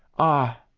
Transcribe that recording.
ah,